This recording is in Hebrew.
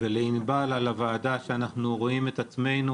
ולענבל על הוועדה שאנחנו רואים את עצמינו,